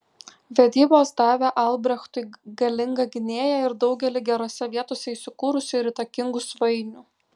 vedybos davė albrechtui galingą gynėją ir daugelį gerose vietose įsikūrusių ir įtakingų svainių